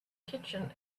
kitchen